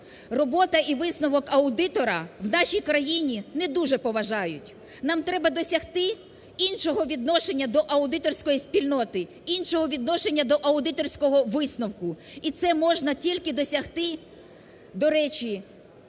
робота і висновок аудитора в нашій країні недуже поважають. Нам треба досягти іншого відношення до аудиторської спільноти, іншого відношення до аудиторського висновку. І це можна тільки досягти, до речі,